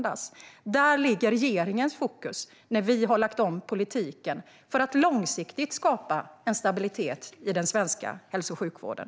Där ligger regeringens fokus när vi har lagt om politiken för att långsiktigt skapa en stabilitet i den svenska hälso och sjukvården.